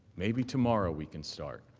maybe tomorrow we can start.